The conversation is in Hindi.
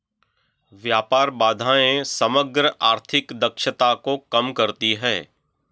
व्यापार बाधाएं समग्र आर्थिक दक्षता को कम करती हैं